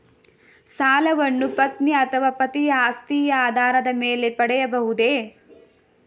ಸಾಲವನ್ನು ಪತ್ನಿ ಅಥವಾ ಪತಿಯ ಆಸ್ತಿಯ ಆಧಾರದ ಮೇಲೆ ಪಡೆಯಬಹುದೇ?